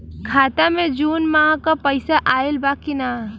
खाता मे जून माह क पैसा आईल बा की ना?